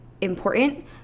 important